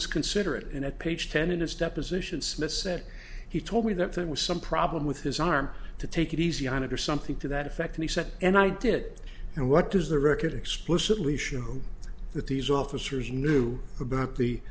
is consider it and at page ten in his deposition smith said he told me that there was some problem with his arm to take it easy on it or something to that effect and he said and i did it and what does the record explicitly show that these officers knew about the